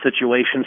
situations